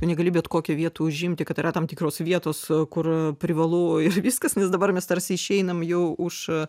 tu negali bet kokią vietą užimti kad yra tam tikros vietos kur privalu ir viskas nes dabar mes tarsi išeinam jau už